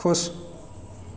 ख़ुश